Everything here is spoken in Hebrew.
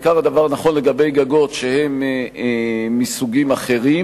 בעיקר הדבר נכון לגבי גגות שהם מסוגים אחרים,